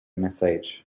message